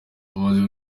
bamaze